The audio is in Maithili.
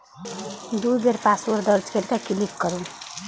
दू बेर पासवर्ड दर्ज कैर के क्लिक करू